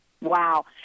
Wow